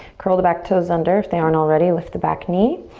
curl the back toes under if they aren't already. lift the back knee.